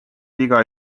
viga